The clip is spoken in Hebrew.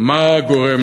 מה גורם